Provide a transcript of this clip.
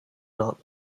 not